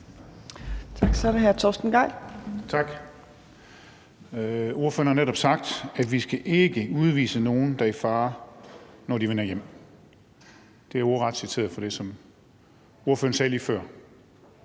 Gejl. Kl. 15:23 Torsten Gejl (ALT): Ordføreren har netop sagt, at vi ikke skal udvise nogen, der er i fare, når de vender hjem. Det er ordret citeret fra det, ordføreren sagde lige før.